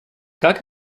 как